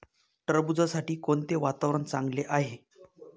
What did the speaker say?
टरबूजासाठी कोणते वातावरण चांगले आहे?